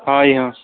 ਹਾਂਜੀ ਹਾਂ